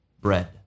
bread